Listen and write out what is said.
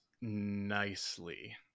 nicely